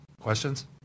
Questions